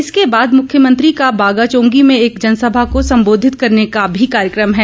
इसके बाद मुख्यमंत्री का बागाचोंगी में एक जनसभा को संबोधित करने का भी कार्यकम है